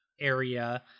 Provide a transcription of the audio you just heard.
area